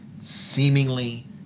seemingly